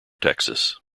texas